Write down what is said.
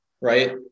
right